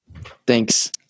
Thanks